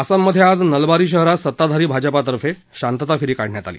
आसाममधे आज नलबारी शहरात सत्ताधारी भाजपातर्फे शांतता फेरी काढण्यात आली